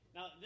Now